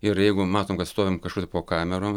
ir jeigu matom kad stovim kažkur tai po kamerom